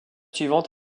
suivante